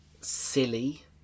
silly